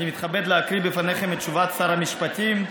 אני מתכבד להקריא בפניכם את תשובת שר המשפטים.